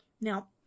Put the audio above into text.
Now